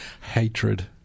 hatred